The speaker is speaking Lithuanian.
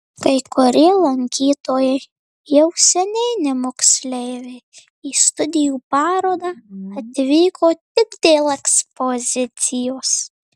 kai kurie lankytojai jau seniai ne moksleiviai į studijų parodą atvyko tik dėl ekspozicijos